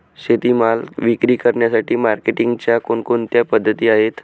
शेतीमाल विक्री करण्यासाठी मार्केटिंगच्या कोणकोणत्या पद्धती आहेत?